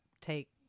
take